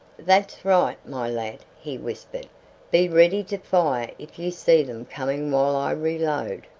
that's right, my lad! he whispered be ready to fire if you see them coming while i reload.